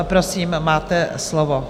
Prosím, máte slovo.